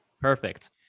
perfect